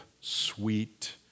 sweet